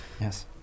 Yes